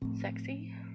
Sexy